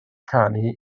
canu